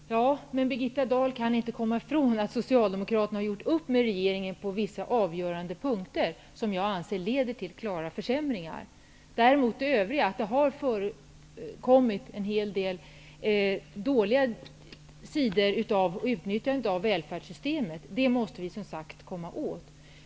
Fru talman! Birgitta Dahl kan ändock inte komma ifrån att socialdemokraterna har gjort upp med regeringen på vissa avgörande punkter, som jag anser leder till klara försämringar. Sedan måste vi komma åt de felaktiga utnyttjanden av välfärdssystemet som har förekommit.